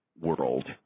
world